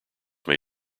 may